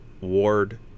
ward